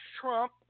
Trump